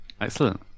Excellent